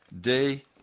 day